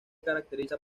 caracteriza